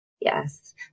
Yes